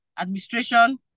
administration